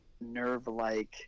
nerve-like